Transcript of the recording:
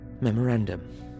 memorandum